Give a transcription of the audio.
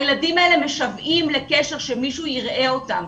הילדים האלה משוועים לקשר שמישהו יראה אותם.